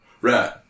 Right